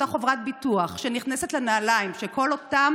אותה חברת ביטוח שנכנסת לנעליים של כל אותם